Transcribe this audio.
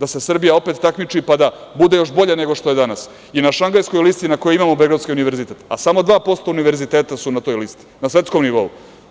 da se Srbija opet takmiči pa da bude još bolja nego što je danas, i na Šangajskoj listi, na kojoj imamo Beogradski univerzitet, a samo 2% univerziteta su na toj listi, na svetskom nivou.